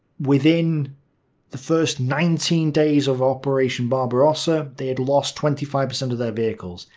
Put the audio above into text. within the first nineteen days of operation barbarossa they had lost twenty five percent of their vehicles,